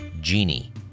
genie